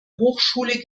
hochschule